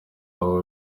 aho